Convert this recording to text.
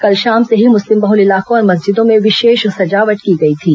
कल शाम से ही मुस्लिम बहुल इलाकों और मस्जिदों में विशेष सजावट की गई थी